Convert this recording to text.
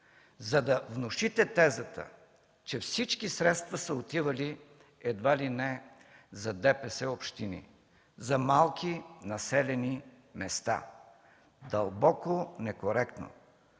за да внушите тезата, че всички средства са отивали едва ли не за ДПС общини, за малки населени места. Дълбоко некоректно!